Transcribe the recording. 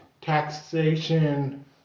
taxation